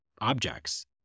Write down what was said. objects